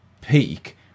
peak